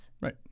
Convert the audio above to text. Right